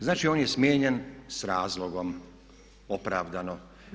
Znači on je smijenjen s razlogom, opravdano.